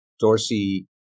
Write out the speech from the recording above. Dorsey